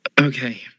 okay